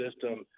system